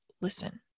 listen